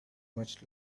much